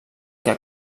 que